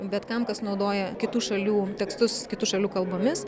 bet kam kas naudoja kitų šalių tekstus kitų šalių kalbomis